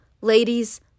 ladies